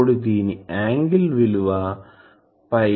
అప్పుడు దీని యాంగిల్ విలువ P